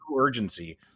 urgency